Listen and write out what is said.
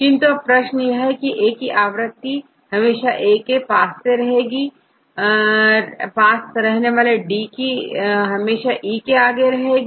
किंतु अब प्रश्न यह है की A की आवृत्ति हमेशा ए के पास से रहेगी वाले D की हमेशा E के आगे रहेगी